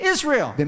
Israel